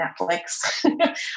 Netflix